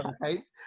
right